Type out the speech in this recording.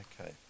Okay